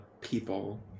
people